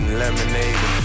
lemonade